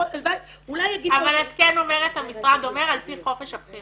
אולי יגיד -- אבל את כן אומרת המשרד אומר על פי חופש הבחירה.